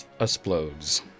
Explodes